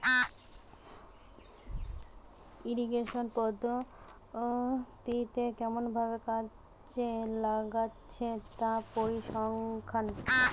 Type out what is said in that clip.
irrigation পদ্ধতি কেমন ভাবে কাজে লাগছে তার পরিসংখ্যান